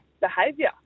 behaviour